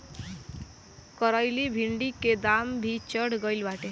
करइली भिन्डी के दाम भी चढ़ गईल बाटे